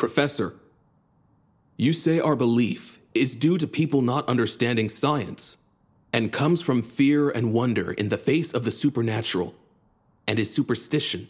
professor you say our belief is due to people not understanding science and comes from fear and wonder in the face of the supernatural and its superstition